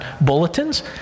bulletins